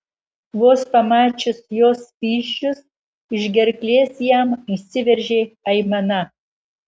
vos pamačius jos vyzdžius iš gerklės jam išsiveržė aimana